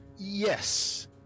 Yes